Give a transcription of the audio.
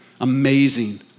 amazing